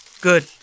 Good